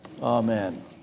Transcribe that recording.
Amen